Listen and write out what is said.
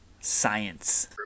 science